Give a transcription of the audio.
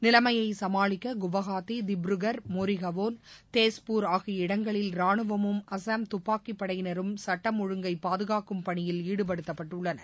நிலைமையை சமாளிக்க குவஹாத்தி திப்ருகர் மோரிஹவோன் தேஷ்பூர் ஆகிய இடங்களில் ரானுவமும் அசாம் துப்பாக்கிப் படையினரும் சுட்டம் ஒழுங்கை பாதுகாக்கும் பணியில் ஈடுபடுத்தப்பட்டுள்ளனர்